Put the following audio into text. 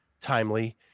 timely